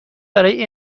برای